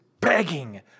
begging